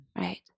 Right